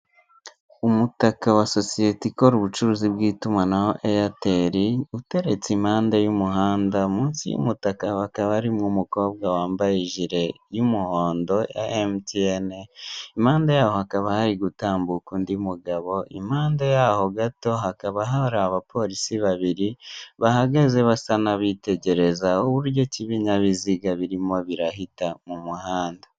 Umutaka wa sosiyete ikora ubucuruzi bw'itumanaho eyateri, uteretse impande y'umuhanda munsi y'umutaka hakaba arimo umukobwa wambaye ijiri y'umuhondo ya emutiyene, impande yaho gato hakaba hari gutambuka undi mugabo, impande yaho gato, hakaba hari abaporisi babiri bahagaze, basa n'abitegereza uburyo ki ibinyabiziga birimo birahita mu muhanda.